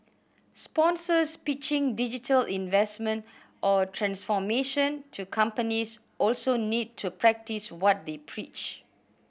sponsors pitching digital investment or transformation to companies also need to practice what they preach